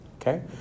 Okay